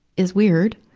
is weird.